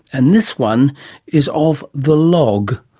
and this one is of the log.